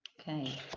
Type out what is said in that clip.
Okay